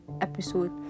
episode